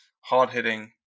hard-hitting